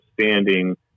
standing